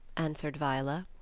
answered viola.